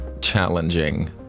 challenging